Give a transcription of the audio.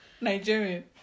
Nigerian